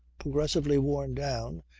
progressively worn down,